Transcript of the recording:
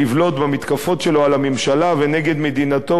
במתקפות שלו על הממשלה ונגד מדינתו הוא,